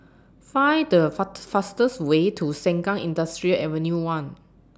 Find The Fa fastest Way to Sengkang Industrial Avenue one